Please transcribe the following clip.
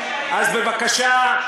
אז בבקשה,